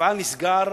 מפעל נסגר